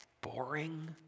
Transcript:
boring